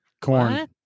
Corn